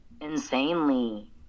insanely